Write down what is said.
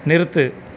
நிறுத்து